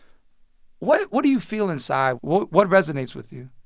what what do you feel inside? what what resonates with you?